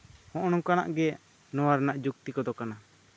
ᱱᱚᱜᱼᱚᱭ ᱱᱚᱣᱟ ᱠᱚᱜᱮ ᱱᱚᱣᱟ ᱨᱮᱭᱟᱜ ᱫᱚ ᱡᱩᱠᱛᱤ ᱠᱚᱫᱚ ᱠᱟᱱᱟ